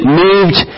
moved